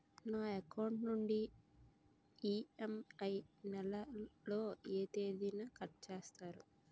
నా అకౌంట్ నుండి ఇ.ఎం.ఐ నెల లో ఏ తేదీన కట్ చేస్తారు?